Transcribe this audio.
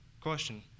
Question